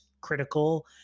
critical